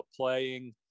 playing